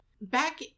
Back